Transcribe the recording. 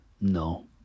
no